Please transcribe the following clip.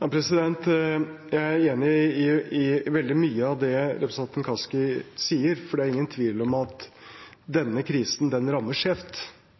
Jeg er enig i veldig mye av det representanten Kaski sier, for det er ingen tvil om at denne krisen rammer skjevt. Den